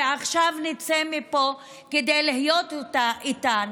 ועכשיו נצא מפה כדי להיות איתן,